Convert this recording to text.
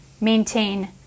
maintain